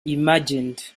imagined